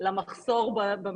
לכך שהולך להיות מחסור במזון.